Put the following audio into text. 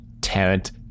tarrant